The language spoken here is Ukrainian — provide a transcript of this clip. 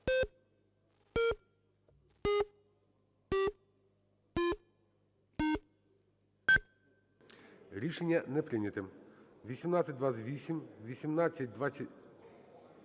Рішення не прийнято.